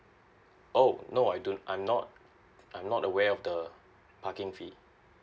oh no I don't I'm not I'm not aware of the parking fee